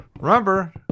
remember